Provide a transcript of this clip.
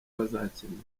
bazakenera